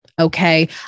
okay